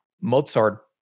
Mozart